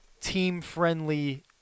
team-friendly